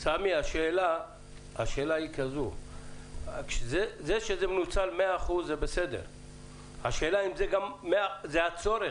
זה בסדר שזה מנוצל 100%, השאלה אם זה גם הצורך.